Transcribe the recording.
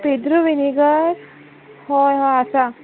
Pedro vinegar हय हय आसा